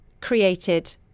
created